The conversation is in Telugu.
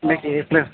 మీకు ఏ ఫ్లేవర్